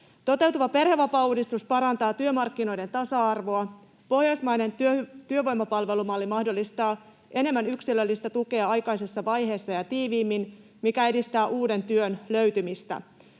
Toteutuva perhevapaauudistus parantaa työmarkkinoiden tasa-arvoa. Pohjoismainen työvoimapalvelumalli mahdollistaa enemmän yksilöllistä tukea aikaisessa vaiheessa ja tiiviimmin, mikä edistää uuden työn löytymistä.